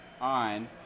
On